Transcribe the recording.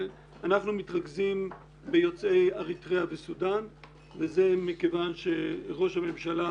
אנחנו מתרכזים ביוצאי אריתריאה וסודן וזה מכיוון שראש הממשלה